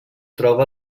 troba